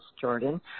Jordan